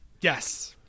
yes